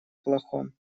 плохом